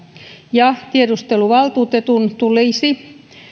ja tiedusteluvaltuutetun tulisi